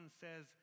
says